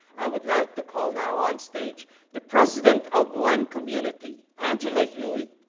i would like to call now on stage the president of one community, angela hughey.